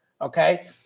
Okay